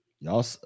Y'all